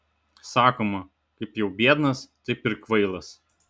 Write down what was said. sakoma kaip jau biednas taip ir kvailas